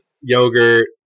yogurt